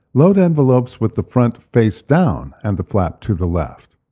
load envelopes with the front face-down and the flap to the left.